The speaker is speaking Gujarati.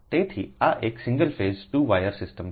તેથી આ એક સિંગલ ફેઝ 2 વાયર સિસ્ટમ છે